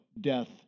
death